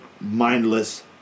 mindless